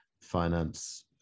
finance